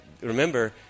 Remember